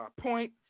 point